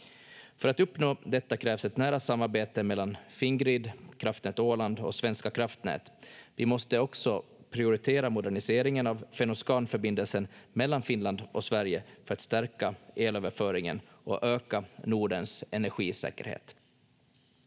För att uppnå detta krävs ett nära samarbete mellan Fingrid, Kraftnät Åland och Svenska kraftnät. Vi måste också prioritera moderniseringen av Fenno-Skanförbindelsen mellan Finland och Sverige för att stärka elöverföringen och öka Nordens energisäkerhet.